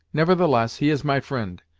nevertheless, he is my fri'nd,